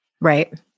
right